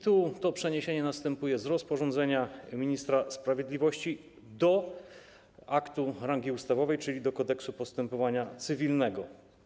Tu następuje przeniesienie z rozporządzenia ministra sprawiedliwości do aktu rangi ustawowej, czyli do Kodeksu postępowania cywilnego.